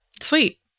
Sweet